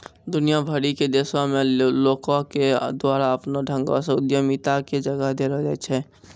दुनिया भरि के देशो मे लोको के द्वारा अपनो ढंगो से उद्यमिता के जगह देलो जाय छै